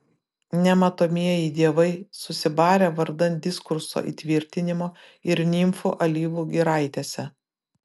nematomieji dievai susibarę vardan diskurso įtvirtinimo ir nimfų alyvų giraitėse